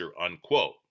unquote